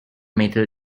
metal